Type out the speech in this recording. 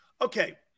Okay